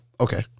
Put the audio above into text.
Okay